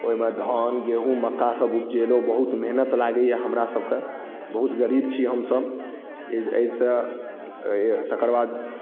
ओहिमे धान गेहूँ मक्कासब उपजेलहुँ बहुत मेहनति लागैए हमरासबके बहुत गरीब छी हमसब एहिसँ तकर बाद